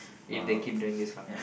if they keep doing this lah